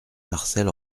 marcel